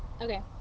Okay